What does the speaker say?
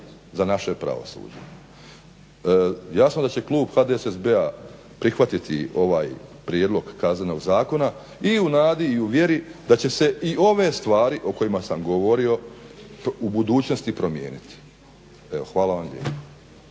za naše pravosuđe. Jasno da će klub HDSSB-a prihvatiti ovaj prijedlog Kaznenog zakona i u nadi i u vjeri da će se i ove stvari o kojima sam govorio u budućnosti promijeniti. Hvala vam lijepa.